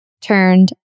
turned